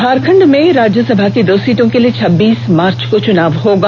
झारखण्ड में राज्यसभा की दो सीटों के लिए छब्बीस मार्च को चुनाव होगा